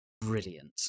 brilliant